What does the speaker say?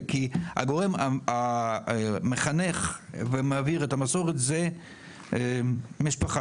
כי הגורם המחנך והמעביר את המסורת זה משפחה.